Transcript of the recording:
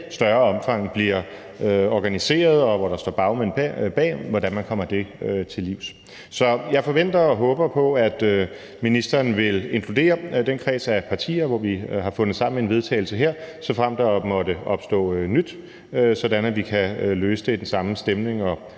større omfang bliver organiseret, og hvor der står bagmænd bag, til livs. Så jeg forventer og håber på, at ministeren vil inkludere den kreds af partier, som har fundet sammen i et forslag til vedtagelse her, såfremt der måtte opstå nyt, sådan at vi kan løse det i den samme stemning og